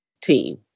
team